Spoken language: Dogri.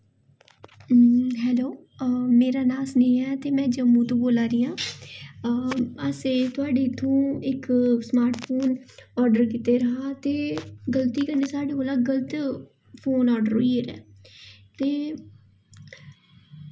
हैलो मेरा नां सुनेहा ऐ ते में जम्मू दा बोल्ला नी आं असें थुआढ़े इत्थां इक्क स्मार्टफोन ऑर्डर कीते दा ते गलती कन्नै साढ़ी गलत फोन ऑर्डर होई गेदा ते